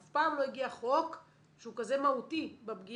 אף פעם לא הגיע חוק שהוא כזה מהותי בפגיעה